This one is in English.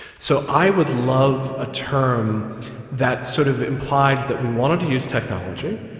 so i would love a term that sort of implied that we wanted to use technology,